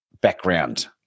background